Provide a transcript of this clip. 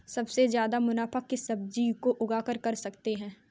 सबसे ज्यादा मुनाफा किस सब्जी को उगाकर कर सकते हैं?